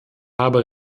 habe